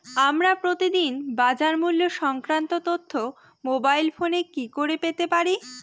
আমরা প্রতিদিন বাজার মূল্য সংক্রান্ত তথ্য মোবাইল ফোনে কি করে পেতে পারি?